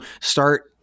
start